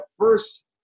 first